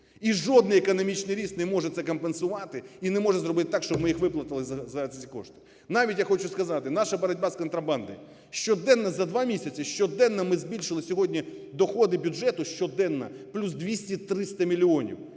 і жодний економічний ріст не може це компенсувати і не може зробити так, щоб ми їх виплатили за ці кошти. Навіть, я хочу сказати, наша боротьба з контрабандою. Щоденно за два місяці, щоденно ми збільшили сьогодні доходи бюджету, щоденно плюс 200, 300 мільйонів,